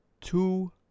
two